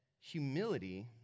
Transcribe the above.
humility